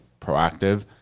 proactive